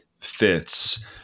fits